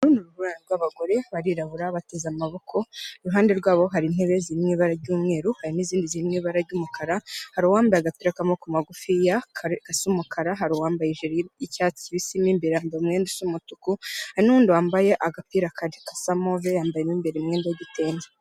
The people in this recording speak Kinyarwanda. Barirabura bateze amaboko iruhande rwabo hari intebe ziri mw’ibara ry'umweru hari n’izindi ziri mw’ibara ry'umukara, hari uwambaye agapira k’amaboko magufiya gas’umukara, hari uwambaye ijire y'icyatsi kibisi m’imbere yambaye umwenda usa umutuku, hari n’uwundi wambaye agapira gasa move yambaye m’imbere umwenda w'igitenge.